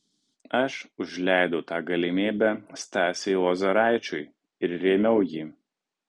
aš užleidau tą galimybę stasiui lozoraičiui ir rėmiau jį